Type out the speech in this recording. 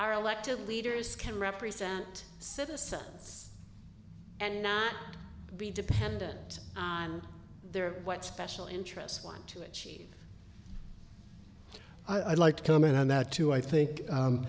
are elected leaders can represent citizens and not be dependent on their what special interests want to achieve i'd like to comment on that too i think